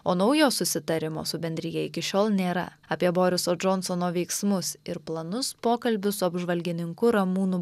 o naujo susitarimo su bendrija iki šiol nėra apie boriso džonsono veiksmus ir planus pokalbis su apžvalgininku ramūnu